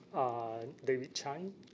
uh david chan